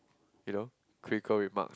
you know critical remark